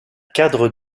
cadre